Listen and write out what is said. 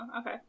okay